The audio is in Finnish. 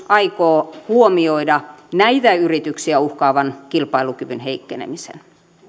aikoo huomioida näitä yrityksiä uhkaavan kilpailukyvyn heikkenemisen